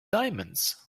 diamonds